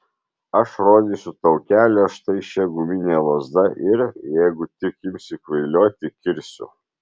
aš rodysiu tau kelią štai šia gumine lazda ir jeigu tik imsi kvailioti kirsiu